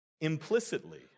implicitly